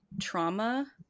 trauma